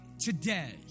today